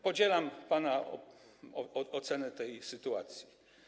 Podzielam pana ocenę tej sytuacji.